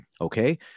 okay